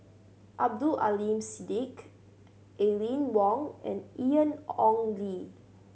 Abdul Aleem Siddique Aline Wong and Ian Ong Li